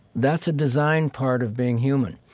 that's a design part of being human.